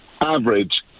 average